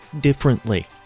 differently